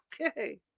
Okay